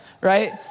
right